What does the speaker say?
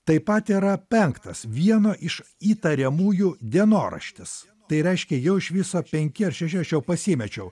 taip pat yra penktas vieno iš įtariamųjų dienoraštis tai reiškia jau iš viso penki ar šeši aš jau pasimečiau